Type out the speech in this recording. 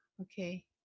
Okay